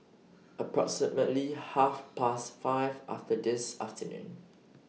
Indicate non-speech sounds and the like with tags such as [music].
[noise] approximately Half Past five after This afternoon [noise]